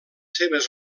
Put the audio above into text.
seves